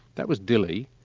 that was dili.